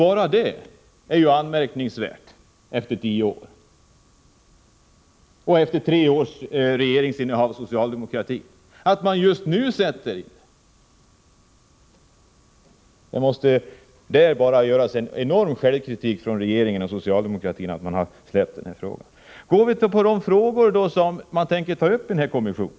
Bara det är anmärkningsvärt att man först nu tio år efteråt och efter tre års socialdemokratiskt regeringsinnehav tillsätter denna. Att man släppt den här frågan måste ge anledning till enorm självkritik hos regeringen och socialdemokratin. Sedan till de frågor som man tänker ta upp i kommissionen.